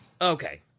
Okay